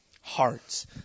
hearts